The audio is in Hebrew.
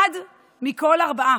אחד מכל ארבעה.